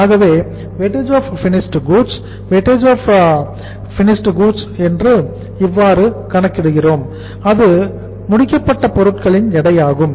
ஆகவே WFG weightage of finished goods இவ்வாறு கணக்கிடுகிறோம் அது அதாவது முடிக்கப்பட்ட பொருட்களின் எடை ஆகும்